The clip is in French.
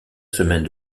semaine